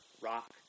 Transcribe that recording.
rock